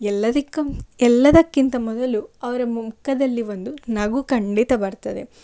ಎಲ್ಲದಕ್ಕು ಎಲ್ಲದಕ್ಕಿಂತ ಮೊದಲು ಅವರ ಮುಖದಲ್ಲಿ ಒಂದು ನಗು ಖಂಡಿತ ಬರ್ತದೆ